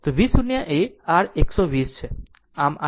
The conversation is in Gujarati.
તો V0 એ r 120 છે